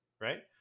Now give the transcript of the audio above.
Right